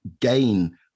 gain